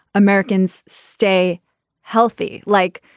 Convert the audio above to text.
americans stay healthy. like,